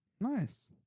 Nice